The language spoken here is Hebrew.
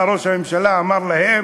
בא ראש הממשלה, אמר להם: